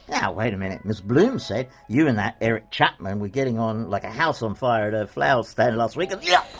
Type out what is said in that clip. now wait a minute! ms bloom said you and that eric chapman were getting on like a house on fire at her flower stand last week. ah yeah